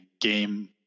game